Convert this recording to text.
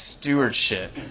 stewardship